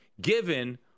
given